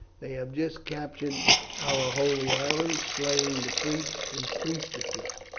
they have just captured our holy island, slaying the priests and priestesses,